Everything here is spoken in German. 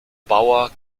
bauer